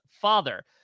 father